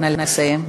נא לסיים.